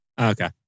Okay